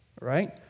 right